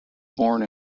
born